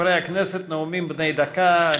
חברי הכנסת, נאומים בני דקה.